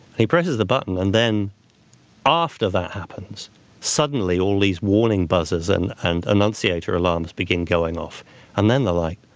he presses the button, and then after that happens suddenly all these warning buzzers and and annunciator alarms begin going off and then the light.